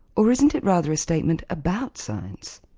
or isn't it rather a statement about science?